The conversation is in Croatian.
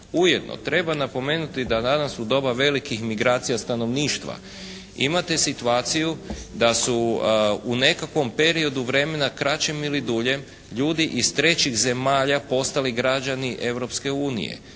Ujedno treba napomenuti da danas u doba velikih migracija stanovništva imate situaciju da su u nekakvom periodu vremena kraćem ili duljem ljudi iz trećih zemalja postali građani